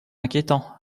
inquiétant